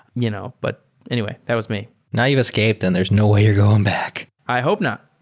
you know but anyway, that was me. now you've escaped and there's no way you're going back. i hope not.